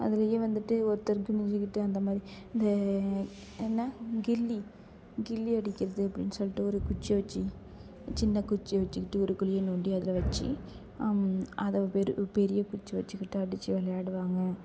அதுலேயும் வந்துட்டு ஒருத்தர் குனிஞ்சிக்கிட்டு அந்த மாதிரி த என்னை கில்லி கில்லி அடிக்கிறது அப்படின்னு சொல்லிட்டு ஒரு குச்சி வச்சி சின்ன குச்சி வச்சிக்கிட்டு ஒரு குழியை நோண்டி அதில் வச்சி அதை பெரு பெரிய குச்சை வச்சிக்கிட்டு அடித்து விளையாடுவாங்க